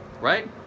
right